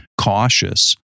cautious